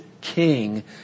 king